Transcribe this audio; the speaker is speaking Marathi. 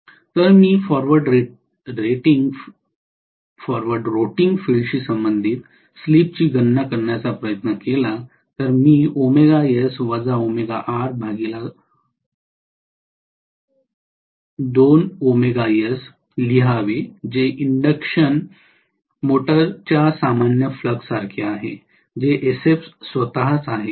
तर जर मी फॉरवर्ड रोटिंग फील्डशी संबंधित स्लिपची गणना करण्याचा प्रयत्न केला तर मी लिहावे जे इंडक्शन मोटरच्या सामान्य फ्लक्ससारखेच आहे जे sf स्वतःच आहे